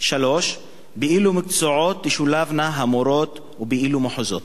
3. באילו מקצועות תשולבנה המורות ובאילו מחוזות?